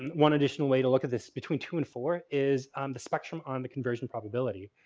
one additional way to look at this between two and four is the spectrum on the conversion probability.